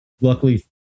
luckily